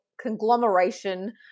conglomeration